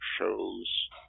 shows